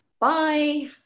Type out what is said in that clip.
Bye